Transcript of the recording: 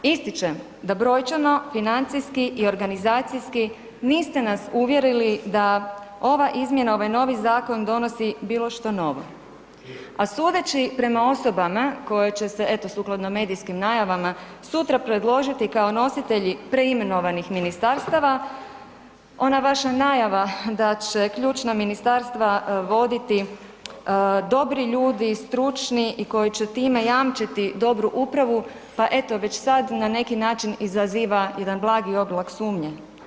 Ističem da brojčano, financijski i organizacijski niste nas uvjerili da ova izmjena, ovaj novi zakon donosi bilo što novo, a sudeći prema osobama koje će se, eto sukladno medijskim najavama sutra predložiti kao nositelji preimenovanih ministarstava, ona vaša najava da će ključna ministarstva voditi dobri ljudi, stručni i koji će time jamčiti dobru upravu, pa eto već sad na neki način izaziva jedan blagi oblak sumnje.